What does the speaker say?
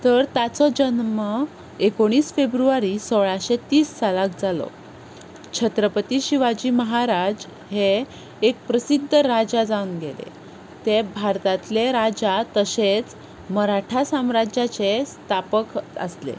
तर ताचो जल्म एकुणीस फेब्रुवारी सोळाशें तीस सालाक जालो छत्रपती शिवाजी महाराज हे एक प्रसिद्द राजा जावन गेले ते भारतांतले राजा तशेंच मराठा साम्राज्याचे स्थापक आसले